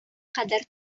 кадәр